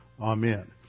Amen